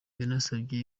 yanasabye